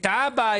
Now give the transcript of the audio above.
את האבא,